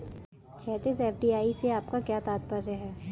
क्षैतिज, एफ.डी.आई से आपका क्या तात्पर्य है?